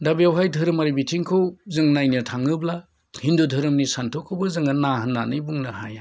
दा बेवहाय धोरोमारि बिथिंखौ जों नायनो थाङोब्ला हिन्दु धोरोमनि सान्थौखौबो जोङो ना होननो हाया